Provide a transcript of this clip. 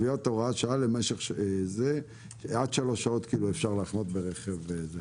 קביעת הוראת שעה עד שלוש שעות אפשר לחנות ברכב זה.